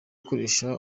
gukoresha